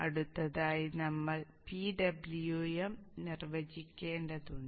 അടുത്തതായി നമ്മൾ PWM നിർവചിക്കേണ്ടതുണ്ട്